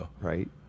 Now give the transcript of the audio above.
Right